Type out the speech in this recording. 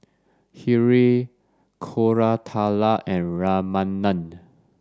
Hri Koratala and Ramanand